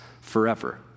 forever